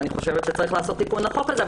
אני חושבת שצריך לעשות תיקון לחוק הזה,